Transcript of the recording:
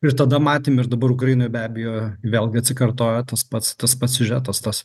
ir tada matėm ir dabar ukrainoj be abejo vėlgi atsikartoja tas pats tas pats siužetas tas